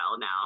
now